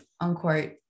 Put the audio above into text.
unquote